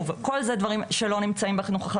בועז קולומבוס מנהל תחום חינוך על יסודי ממלכתי,